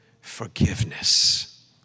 forgiveness